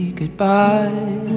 goodbye